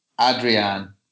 Adrian